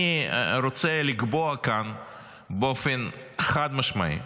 אני רוצה לקבוע כאן באופן חד-משמעי: